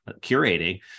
curating